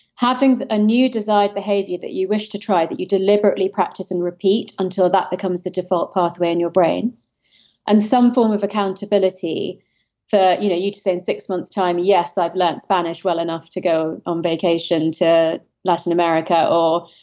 having a new desired behavior that you wish to try that you deliberately practice and repeat until that becomes the default pathway in your brain and some form of accountability for you to you to say in six month's time. yes, i've learnt spanish well enough to go on um vacation to latin america, or,